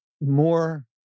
more